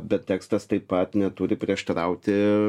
bet tekstas taip pat neturi prieštarauti